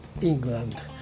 England